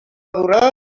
durada